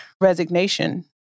resignation